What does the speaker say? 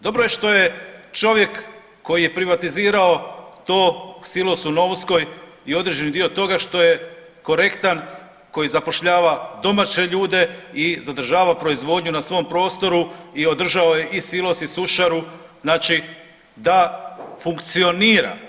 Dobro je što je čovjek koji je privatizirao to silos u Novskoj i određeni dio toga što je korektan koji zapošljava domaće ljude i zadržava proizvodnju na svom prostoru i održao je i silos i sušaru, znači da funkcionira.